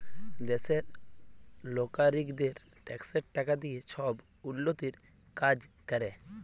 দ্যাশের লগারিকদের ট্যাক্সের টাকা দিঁয়ে ছব উল্ল্যতির কাজ ক্যরে